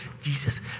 Jesus